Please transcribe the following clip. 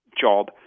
job